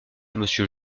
monsieur